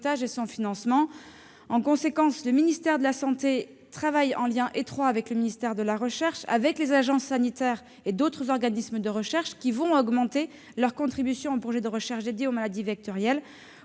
et du financement. Le ministère de la santé travaille en lien étroit avec le ministère de la recherche, avec les agences sanitaires et d'autres organismes de recherche qui vont augmenter leur contribution aux projets consacrés aux maladies vectorielles.